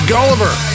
Gulliver